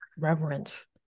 reverence